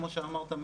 כמו שאמרת,